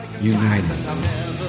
United